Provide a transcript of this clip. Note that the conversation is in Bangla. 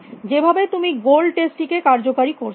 কোনভাবে তুমি গোল টেস্ট টিকে কার্য কারী করছ